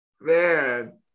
man